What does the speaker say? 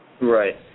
Right